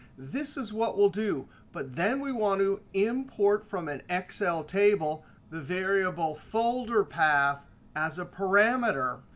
this is what we'll do. but then we want to import from an excel table the variable folder path as a parameter.